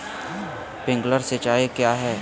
Sprinkler सिंचाई क्या है?